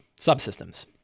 subsystems